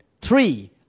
three